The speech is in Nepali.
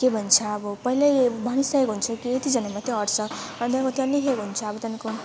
के भन्छ अब पहिल्यै भनिसकेको हुन्छ कि यतिजना मात्र अँट्छ र तिनीहरूको त्यहाँ लेखिएको हुन्छ अब त्यहाँको